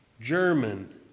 German